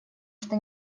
что